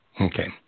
Okay